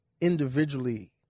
individually